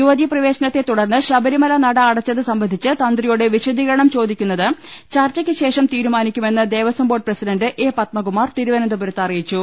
യുവതിപ്രവേശനത്തെ തുടർന്ന് ശബരിമല നട അടച്ചത് സംബന്ധിച്ച് തന്ത്രിയോട് വിശദീകരണം ചോദിക്കുന്നത് ചർച്ചയ്ക്ക്ശേഷം തീരുമാനിക്കുമെന്ന് Devaswom board president A Padmakumar തിരുവനന്തപുരത്ത് അറി യിച്ചു